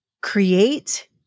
create